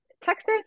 Texas